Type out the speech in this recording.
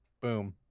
boom